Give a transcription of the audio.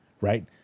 right